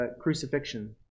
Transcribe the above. crucifixion